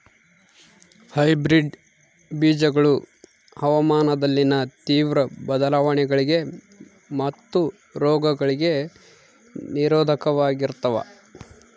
hybrid ಬೇಜಗಳು ಹವಾಮಾನದಲ್ಲಿನ ತೇವ್ರ ಬದಲಾವಣೆಗಳಿಗೆ ಮತ್ತು ರೋಗಗಳಿಗೆ ನಿರೋಧಕವಾಗಿರ್ತವ